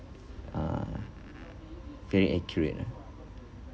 uh very accurate ah